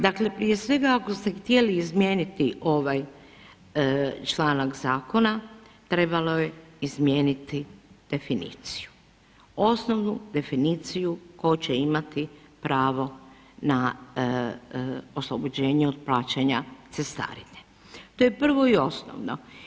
Dakle, prije svega ako ste htjeli izmijeniti ovaj članak zakona, trebalo je izmijeniti definiciju, osnovnu definiciju tko će imati pravo na oslobođenje od plaćanja cestarine, to je prvo i osnovno.